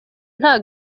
nta